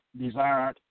desired